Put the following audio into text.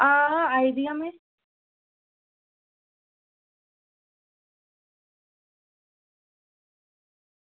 आहो आई दियां न